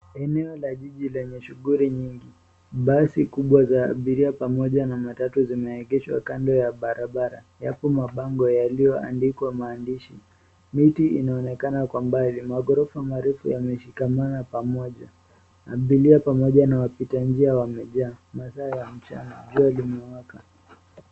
Eneo la jiji lenye shughuli nyingi basi kubwa za abiria pamoja na matatu zimeegeshwa kando ya barabara, yapo mabango yaliyoandikwa maandishi, miti inaonekana kwa umbali magorofa marefu yameshikamana, abiria pamoja na wapita njia wamejaa masaa ya mchana jua limewaka.